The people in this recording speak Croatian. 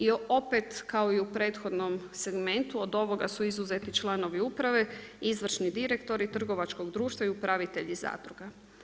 I opet kao i u prethodnom segmentu od ovoga su izuzeti članovi uprave, izvršni direktori trgovačkog društva i upravitelji zadruga.